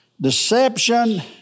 Deception